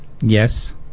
Yes